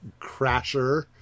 Crasher